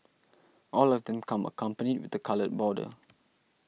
all of them come accompanied with a coloured border